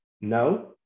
no